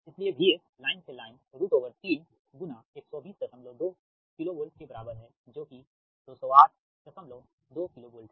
इसलिए VS line से line 31202 KV के बराबर है जो कि 2082 KV है